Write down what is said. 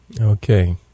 Okay